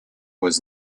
was